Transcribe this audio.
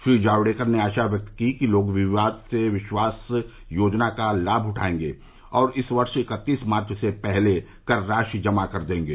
श्री जावडेकर ने आशा व्यक्त की कि लोग विवाद से विश्वास योजना का लाभ उठाएंगे और इस वर्ष इकत्तीस मार्च से पहले कर राशि जमा कर देंगे